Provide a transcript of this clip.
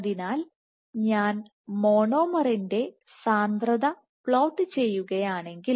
അതിനാൽ ഞാൻ മോണോമറിൻറെ സാന്ദ്രത പ്ലോട്ട് ചെയ്യുകയാണെങ്കിൽ